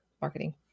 marketing